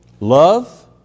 Love